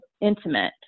intimate